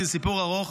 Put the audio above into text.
כי זה סיפור ארוך.